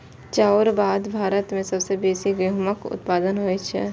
चाउरक बाद भारत मे सबसं बेसी गहूमक उत्पादन होइ छै